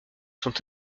sont